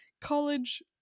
college